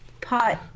pot